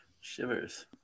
Shivers